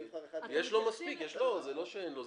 יש לו מספיק, זה לא שאין לו.